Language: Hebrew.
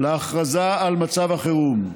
להכרזה על מצב חירום.